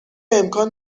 امکان